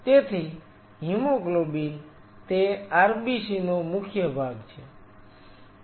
તેથી હિમોગ્લોબિન તે RBC નો મુખ્ય ભાગ છે